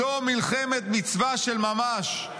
"זו מלחמת מצווה של ממש.